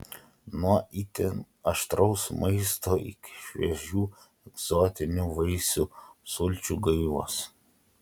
nuo itin aštraus maisto iki šviežių egzotinių vaisių sulčių gaivos